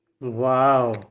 Wow